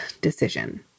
decision